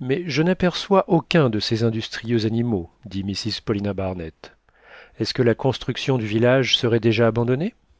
mais je n'aperçois aucun de ces industrieux animaux dit mrs paulina barnett est-ce que la construction du village serait déjà abandonnée